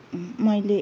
मैले